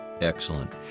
Excellent